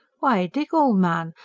why, dick, old man.